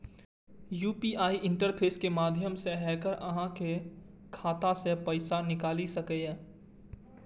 UPI interface के माध्यम सं हैकर्स अहांक खाता सं पैसा निकालि सकैए